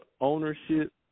ownership